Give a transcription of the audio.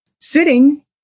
sitting